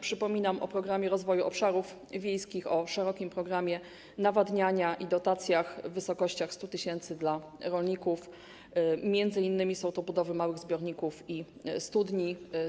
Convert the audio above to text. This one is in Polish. Przypominam o Programie Rozwoju Obszarów Wiejskich, o szerokim programie nawadniania i dotacjach w wysokości 100 tys. dla rolników, są to m.in. budowy małych zbiorników i studni.